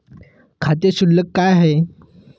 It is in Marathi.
खाते शुल्क काय आहे?